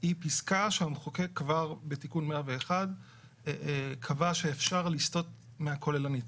היא פסקה שהמחוקק כבר בתיקון 101 קבע שאפשר לסטות מהתכנית הכוללנית.